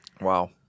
Wow